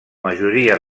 majoria